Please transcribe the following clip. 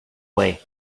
way